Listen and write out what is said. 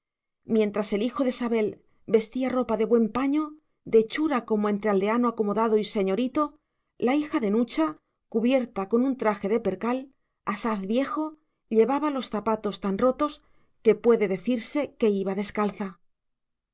mientras el hijo de sabel vestía ropa de buen paño de hechura como entre aldeano acomodado y señorito la hija de nucha cubierta con un traje de percal asaz viejo llevaba los zapatos tan rotos que puede decirse que iba descalza